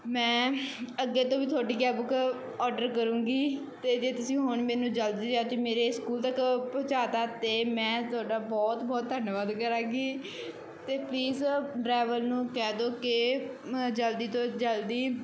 ਮੈਂ ਅੱਗੇ ਤੋਂ ਵੀ ਤੁਹਾਡੀ ਕੈਬ ਬੁੱਕ ਔਡਰ ਕਰਾਂਗੀ ਅਤੇ ਜੇ ਤੁਸੀਂ ਹੁਣ ਮੈਨੂੰ ਜਲਦੀ ਤੋਂ ਜਲਦੀ ਮੇਰੇ ਸਕੂਲ ਤੱਕ ਪਹੁੰਚਾ ਦਿੱਤਾ ਅਤੇ ਮੈਂ ਤੁਹਾਡਾ ਬਹੁਤ ਬਹੁਤ ਧੰਨਵਾਦ ਕਰਾਂਗੀ ਅਤੇ ਪਲੀਜ਼ ਡਰੈਵਰ ਨੂੰ ਕਹਿ ਦਿਓ ਕਿ ਜਲਦੀ ਤੋਂ ਜਲਦੀ